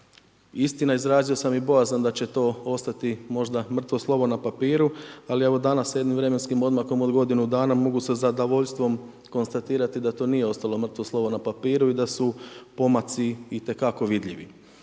Istina, izrazio sam i bojazan da će to ostati možda mrtvo slovo na papiru, ali, evo, danas s jednim vremenskim odmakom od godinu dana mogu sa zadovoljstvom konstatirati da to nije ostalo mrtvo slovo na papiru i da su pomaci itekako vidljivi.